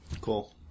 Cool